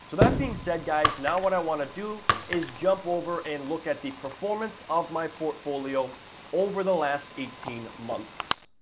so that being said guys now what i want to do is jump over and look at the performance of my portfolio over the last eighteen months.